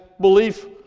Belief